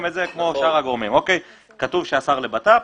מופיע השר לבט"פ,